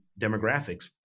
demographics